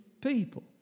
people